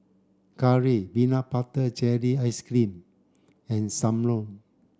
curry peanut butter jelly ice cream and Sam Lau